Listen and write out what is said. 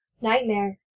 Nightmare